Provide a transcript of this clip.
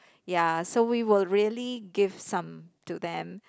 ya so we will really give some to them